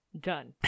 Done